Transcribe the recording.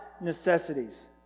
necessities